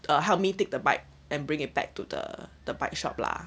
the help me take the bike and bring it back to the the bike shop lah